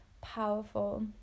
powerful